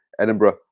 Edinburgh